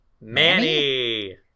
Manny